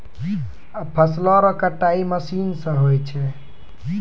फसल केरो कटाई मसीन सें होय छै